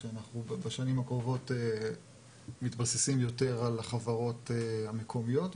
שאנחנו בשנים הקרובות מתבססים יותר על חברות מקומיות,